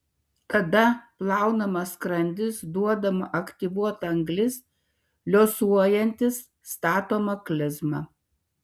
tada plaunamas skrandis duodama aktyvuota anglis liuosuojantys statoma klizma